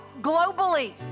globally